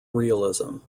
realism